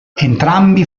entrambi